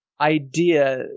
idea